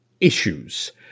issues